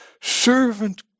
servant